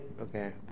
okay